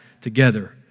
together